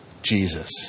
Jesus